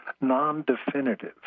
non-definitive